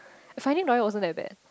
the Finding Dory wasn't that bad